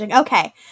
okay